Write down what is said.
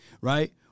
right